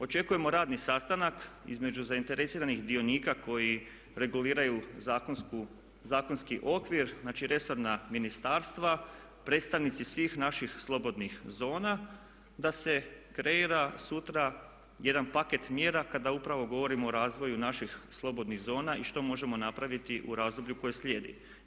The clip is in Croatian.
Očekujemo radni sastanak između zainteresiranih dionika koji reguliraju zakonski okvir, znači resorna ministarstva, predstavnici svih naših slobodnih zona da se kreira sutra jedan paket mjera kada upravo govorimo o razvoju naših slobodnih zona i što možemo napraviti u razdoblju koje slijedi.